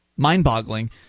Mind-boggling